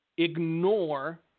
Ignore